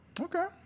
Okay